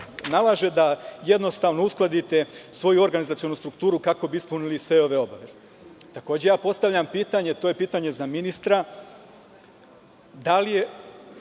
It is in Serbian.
nalaže da jednostavno uskladite svoju organizacionu strukturu kako bi ispunili sve ove obaveze. Takođe ja postavljam pitanje, to je pitanje za ministra - da li je